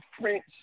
French